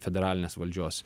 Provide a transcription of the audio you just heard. federalinės valdžios